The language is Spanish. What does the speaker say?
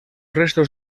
restos